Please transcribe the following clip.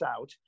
out